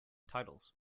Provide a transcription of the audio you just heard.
titles